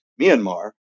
Myanmar